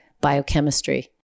biochemistry